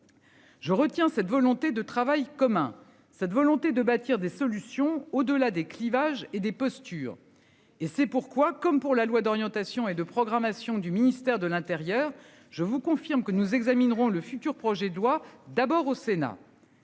Je retiens cette volonté de travail commun, cette volonté de bâtir des solutions au delà des clivages et des postures et c'est pourquoi, comme pour la loi d'orientation et de programmation du ministère de l'Intérieur. Je vous confirme que nous examinerons le futur projet de loi d'abord au Sénat.